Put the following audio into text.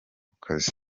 kazi